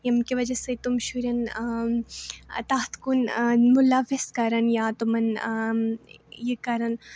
ییٚمہِ کہِ وجہ سۭتۍ تِم شُرٮ۪ن تَتھ کُن مُلَوِث کَرَن یا تِمَن یہِ کَرَن